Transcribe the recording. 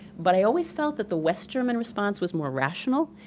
but i always felt that the west german response was more rational,